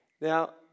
Now